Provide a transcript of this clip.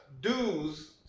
dues